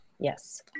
Yes